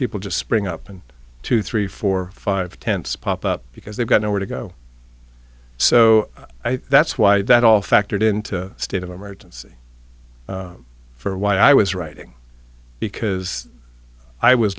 people just spring up and two three four five tents pop up because they've got nowhere to go so that's why that all factored into a state of emergency for a while i was writing because i was